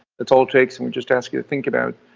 it's all it takes and we just ask you to think about